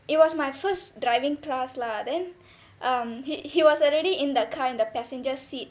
it was my first driving class lah then um he he was already in the car the passenger seat